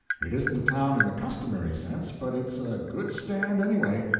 it isn't a town in the customary sense, but it's a good stand, anyway.